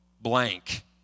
blank